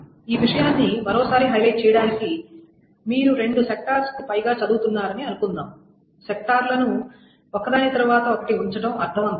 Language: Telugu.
ఈ విషయాన్ని మరోసారి హైలైట్ చేయడానికి మీరు రెండు సెక్టార్స్ కు పైగా చదువుతున్నారని అనుకుందాం సెక్టార్లను ఒకదాని తరువాత ఒకటి ఉంచడం అర్ధవంతం